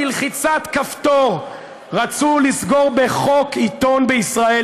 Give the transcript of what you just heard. בלחיצת כפתור רצו לסגור בחוק עיתון בישראל.